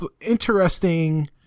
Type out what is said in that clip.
interesting